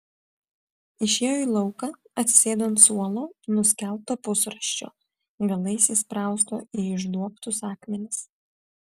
išėjo į lauką atsisėdo ant suolo nuskelto pusrąsčio galais įsprausto į išduobtus akmenis